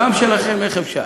איך אפשר